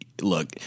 look